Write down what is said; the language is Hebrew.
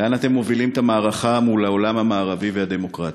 לאן אתם מובילים את המערכה מול העולם המערבי והדמוקרטי?